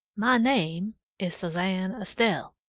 ma name is suzanne estelle,